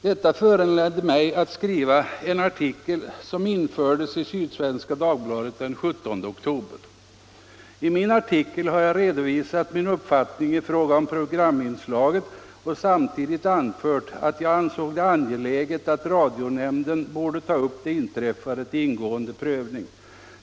Detta föranledde mig att skriva en artikel, som infördes i Sydsvenska Dagbladet den 17 oktober. I min artikel har jag redovisat min uppfattning i fråga om programinslaget och samtidigt anfört att jag ansåg det angeläget att radionämnden tog upp det inträffade till ingående prövning.